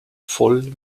voll